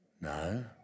No